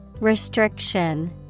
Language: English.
Restriction